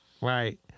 right